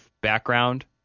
background